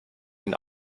den